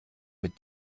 mit